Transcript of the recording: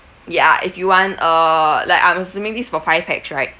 ya if you want err like I'm assuming this is for five pax right